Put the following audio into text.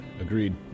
agreed